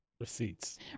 Receipts